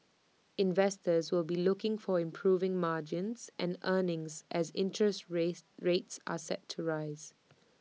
investors will be looking for improving margins and earnings as interest rate rates are set to rise